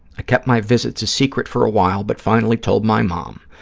i kept my visits a secret for a while but finally told my mom,